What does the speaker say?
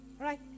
Right